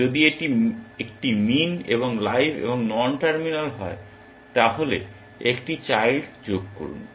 যদি এটি একটি মিন এবং লাইভ এবং নন টার্মিনাল হয় তাহলে একটি চাইল্ড যোগ করুন